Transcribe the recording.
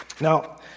Now